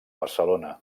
barcelona